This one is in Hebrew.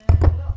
לא.